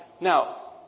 Now